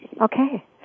Okay